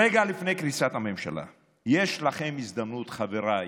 רגע לפני קריסת הממשלה יש לכם הזדמנות, חבריי